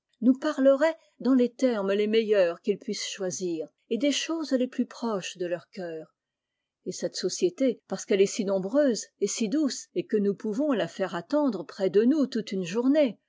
nous parleraient dans les termes les meilleurs qu'ils puissent choisir et des choses les plus proches de leur cœur et cette société parce qu'elle est si nombreuse et si douce et que nous pouvons la faire attendre près de nous toute une journée